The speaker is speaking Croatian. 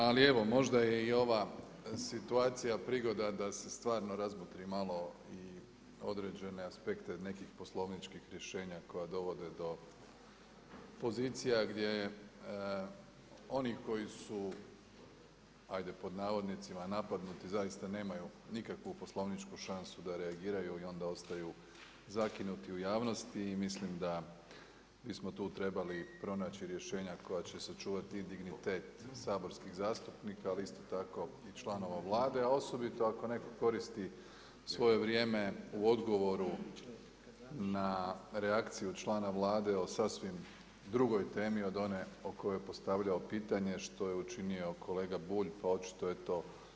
Ali evo možda je i ova situacija prigoda da se stvarno razmotri malo i određene aspekte nekih poslovničkih rješenja koja dovode do pozicija gdje je oni koji su ajde „napadnuti“ zaista nemaju nikakvu poslovničku šansu da reagiraju i onda ostaju zakinuti u javnosti i mislim da bismo tu trebali pronaći rješenja koja će sačuvati dignitet saborskih zastupnika, ali isto tako i članova Vlade, a osobito ako neko koristi svoje vrijeme u odgovoru na reakciju člana Vlade o sasvim drugoj temi od one o kojoj je postavljao pitanje, što je učinio kolega Bulj pa očito je to.